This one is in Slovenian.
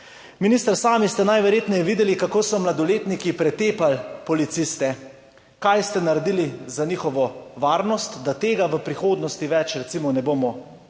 Minister, sami ste najverjetneje videli, kako so mladoletniki pretepali policiste. Kaj ste naredili za njihovo varnost, da tega v prihodnosti več, recimo, ne bomo